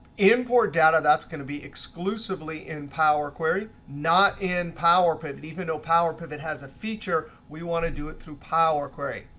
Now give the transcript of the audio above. import data, that's going to be exclusively in power query, not in power pivot. even though power pivot has a feature, we want to do it through power query.